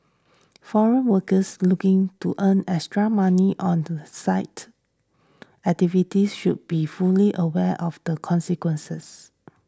foreign workers looking to earn extra money on the side activities should be fully aware of the consequences